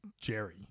Jerry